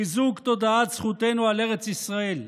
חיזוק תודעת זכותנו על ארץ ישראל,